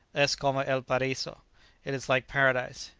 es como el pariso it is like paradise.